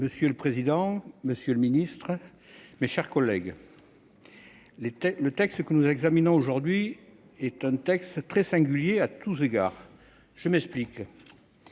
Monsieur le président, monsieur le ministre, mes chers collègues, le texte que nous examinons aujourd'hui est singulier, à tous égards. Sur